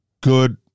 good